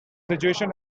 situation